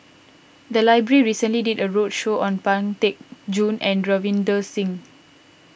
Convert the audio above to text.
the library recently did a roadshow on Pang Teck Joon and Ravinder Singh